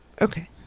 okay